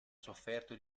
sofferto